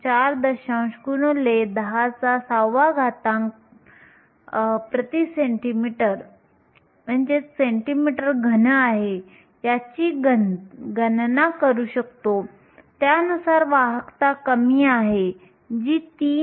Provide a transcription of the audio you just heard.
4x 106 cm3 आहे याची गणना करू शकतो त्यानुसार वाहकता कमी आहे जी 3